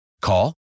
Call